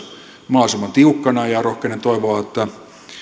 mahdollisimman tiukkana ja rohkenen toivoa että